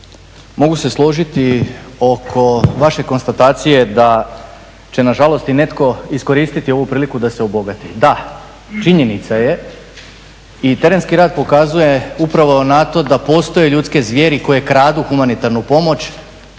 mogu se složiti oko vaše konstatacije da će nažalost i netko iskoristiti ovu priliku da se obogati. Da, činjenica je i terenski rad pokazuje upravo na to da postoje ljudske zvijeri koje kradu humanitarnu pomoć